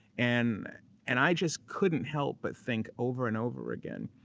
and and i just couldn't help but think over and over again,